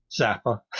Zappa